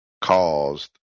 caused